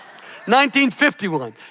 1951